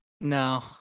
No